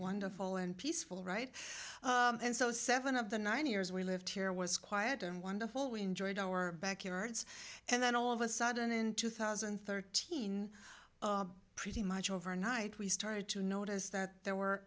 wonderful and peaceful right and so seven of the nine years we lived here was quiet and wonderful we enjoyed our backyards and then all of a sudden in two thousand and thirteen pretty much overnight we started to notice that there were